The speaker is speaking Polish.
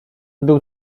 był